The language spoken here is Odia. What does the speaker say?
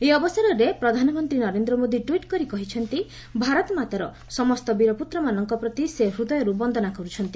ଏହି ଅବସରରେ ପ୍ରଧାନମନ୍ତୀ ନରେନ୍ଦ ମୋଦି ଟ୍ୱିଟ୍ କରି କହିଛନ୍ତି ଭାରତମାତାର ସମସ୍ତ ବୀରପୁତ୍ରମାନଙ୍କ ପ୍ରତି ସେ ହୂଦୟରୁ ବନ୍ଦନା କରୁଛନ୍ତି